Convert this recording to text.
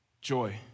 joy